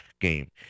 game